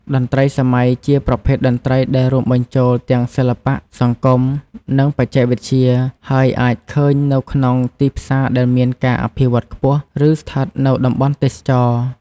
តន្ត្រីសម័យជាប្រភេទតន្ត្រីដែលរួមបញ្ចូលទាំង សិល្បៈ សង្គម និងបច្ចេកវិទ្យា ហើយអាចឃើញនៅក្នុងទីផ្សារដែលមានការអភិវឌ្ឍខ្ពស់ ឬស្ថិតនៅតំបន់ទេសចរណ៍។